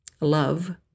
love